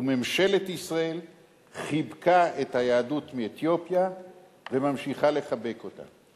וממשלת ישראל חיבקו את היהדות מאתיופיה וממשיכות לחבק אותה.